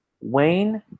Wayne